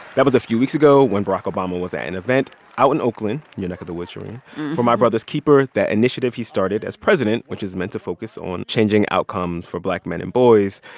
that was a few weeks ago when barack obama was at an event out in oakland your neck of the woods, shereen for my brother's keeper, that initiative he started as president, which is meant to focus on changing outcomes for black men and boys.